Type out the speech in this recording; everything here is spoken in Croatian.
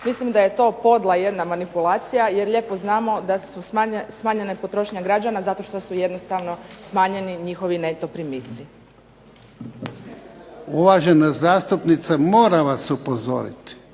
Mislim da je to podla jedna manipulacija jer lijepo znamo da je smanjena potrošnja građana zato što su jednostavno smanjeni njihovi neto primici. **Jarnjak, Ivan (HDZ)** Uvažena zastupnice, moram vas upozoriti.